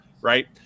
right